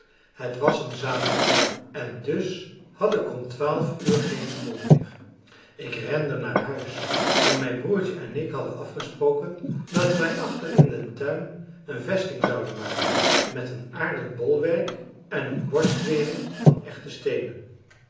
het was een zaterdag en dus had ik om twaalf uur geen school meer ik rende naar huis want mijn broertje en ik hadden afgesproken dat wij achter in den tuin een vesting zouden maken met een aarden bolwerk en een borstwering van echte steenen